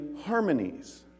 harmonies